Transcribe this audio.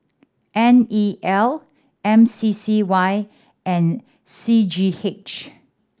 N E L M C C Y and C G H